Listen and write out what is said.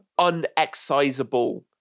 unexcisable